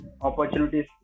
opportunities